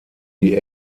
die